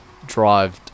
drived